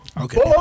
Okay